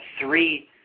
three